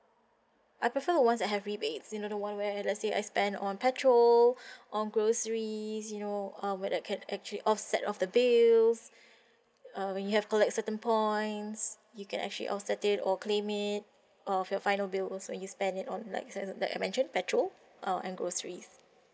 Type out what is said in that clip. I prefer ones that have rebates you know the one where let's say I spend on petrol on groceries you know uh when I can actually offset off the bills um when you have collect certain points you can actually offset it or claim it of your final bill also you spend it on like like I mention petrol uh and groceries mm